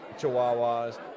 Chihuahuas